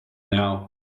now